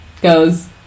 goes